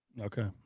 Okay